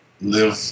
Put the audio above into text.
live